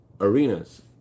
arenas